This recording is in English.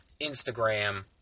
Instagram